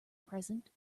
present